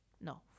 no